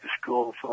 school